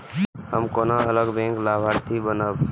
हम केना अलग बैंक लाभार्थी बनब?